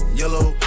yellow